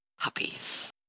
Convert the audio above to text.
puppies